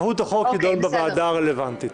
מהות החוק תידון בוועדה הרלוונטית.